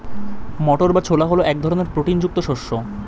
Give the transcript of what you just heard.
মটর বা ছোলা হল এক ধরনের প্রোটিন যুক্ত শস্য